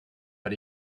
but